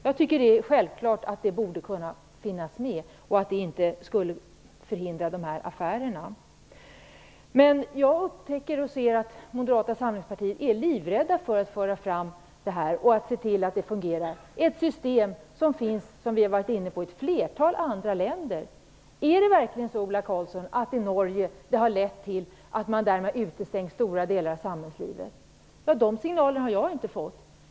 Jag tycker det är självklart att det borde kunna finnas med och att det inte skulle förhindra dessa affärer. Jag har upptäckt att ni i Moderata samlingspartiet är livrädda för att få fram detta system och se till att det fungerar. Det är ett system, vilket vi varit inne på, som finns i ett flertal andra länder. Är det verkligen så, Ola Karlsson, att det i Norge har lett till att man där har utestängt stora delar av samhällslivet? De signalerna har jag inte fått.